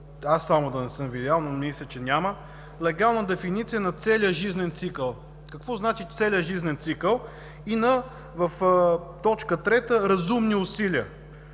аз само да не съм видял, но мисля, че няма, легална дефиниция на „целия жизнен цикъл”. Какво значи „целия жизнен цикъл”? И в т. 3 – „разумни усилия”: